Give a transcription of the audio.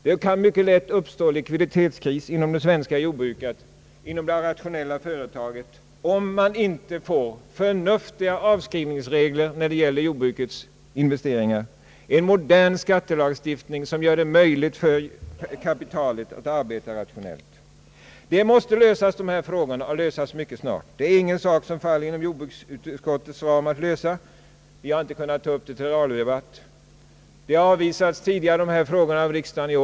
Det kan mycket lätt uppstå en likviditetskris inom det svenska jordbruket, inom det rationella företaget, om man inte får förnuftiga avskrivningsregler när det gäller jordbrukets investeringar. En modern skattelagstiftning som gör det möj ligt för kapitalet att arbeta rationellt är därför mycket väsentlig. Dessa frågor måste lösas mycket snart. De faller inte inom jordbruksutskottets ram och vi har inte kunnat ta upp dem till debatt. Frågorna har tidigare i år avvisats av riksdagen.